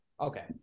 okay